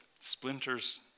splinters